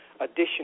additional